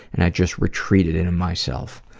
and i just retreated into myself.